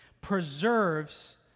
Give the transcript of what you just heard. preserves